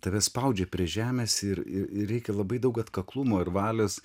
tave spaudžia prie žemės ir ir reikia labai daug atkaklumo ir valios